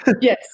Yes